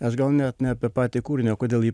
aš gal net ne apie patį kūrinį o kodėl jį